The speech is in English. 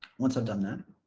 once i've done that